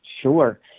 Sure